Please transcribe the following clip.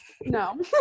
No